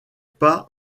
pas